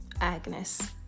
Agnes